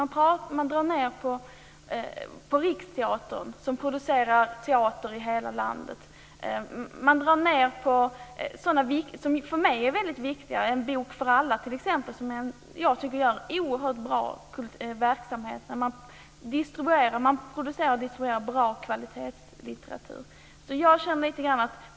Man vill dra ned på Riksteatern som producerar teater för hela landet. Man vill dra ned på sådant som för mig är väldigt viktigt, t.ex. En bok för alla, som är en oerhört bra verksamhet som producerar och distribuerar bra kvalitetslitteratur.